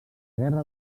guerra